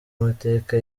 amateka